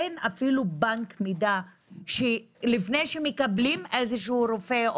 אין אפילו בנק מידע שלפני שמקבלים איזה שהוא רופא,